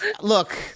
Look